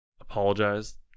apologize